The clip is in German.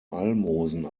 almosen